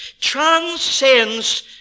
transcends